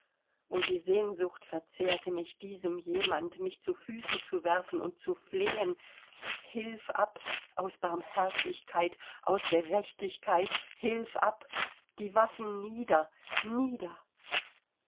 und die sehnsucht verzehrte mich diesem jemand mich zu füßen zu werfen und zu flehen hilf ab aus barmherzigkeit aus gerechtigkeit hilf ab die waffen nieder nieder